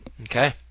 Okay